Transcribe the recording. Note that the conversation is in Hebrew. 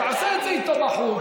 תעשה את זה איתו בחוץ.